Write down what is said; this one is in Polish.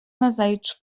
nazajutrz